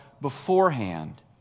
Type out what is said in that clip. beforehand